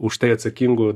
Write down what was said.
už tai atsakingų